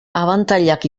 abantailak